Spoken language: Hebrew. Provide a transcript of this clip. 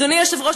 אדוני היושב-ראש,